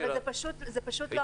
זה מה שהראיתי.